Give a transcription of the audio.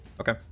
Okay